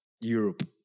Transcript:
Europe